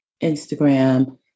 Instagram